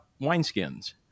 wineskins